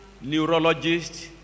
neurologist